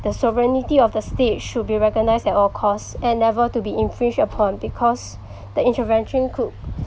the sovereignty of the state should be recognised at all costs and never to be infringed upon because the intervention could